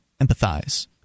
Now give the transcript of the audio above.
empathize